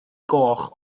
goch